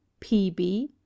pb